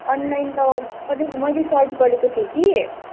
online त अलिक मैले सर्च गरेको थिएँ कि